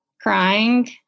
crying